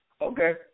Okay